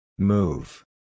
Move